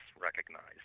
recognized